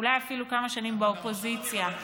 אולי אפילו כמה שנים באופוזיציה, למה?